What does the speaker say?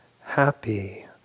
happy